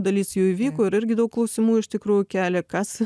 dalis jų įvyko ir irgi daug klausimų iš tikrųjų kelia kas